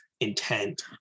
Intent